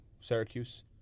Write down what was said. Syracuse